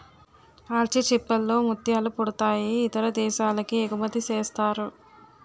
ఆల్చిచిప్పల్ లో ముత్యాలు పుడతాయి ఇతర దేశాలకి ఎగుమతిసేస్తారు